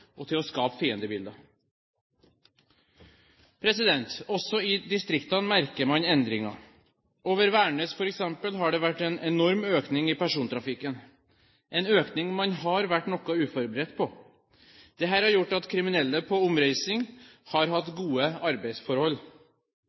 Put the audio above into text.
og til å skape fiendebilder. Også i distriktene merker man endringer. Over Værnes, f.eks., har det vært en enorm økning i persontrafikken – en økning man har vært noe uforberedt på. Dette har gjort at kriminelle på omreise har hatt gode arbeidsforhold.